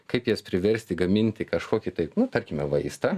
kaip jas priversti gaminti kažkokį tai nu tarkime vaistą